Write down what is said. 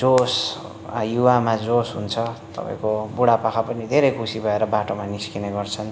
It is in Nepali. जोस युवामा जोस हुन्छ तपाईँको बुढापाका पनि धेरै खुसी भएर बाटोमा निस्किने गर्छन्